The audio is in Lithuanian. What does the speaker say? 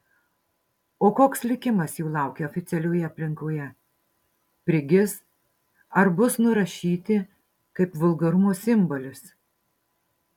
o koks likimas jų laukia oficialioje aplinkoje prigis ar bus nurašyti kaip vulgarumo simbolis